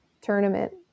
tournament